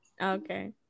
Okay